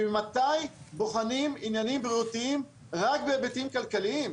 וממתי בוחנים עניינים בריאותיים רק בהיבטים כלכליים?